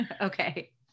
Okay